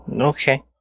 okay